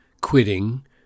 quitting